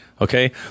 okay